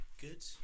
Good